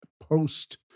post